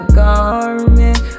garment